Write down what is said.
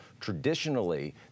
traditionally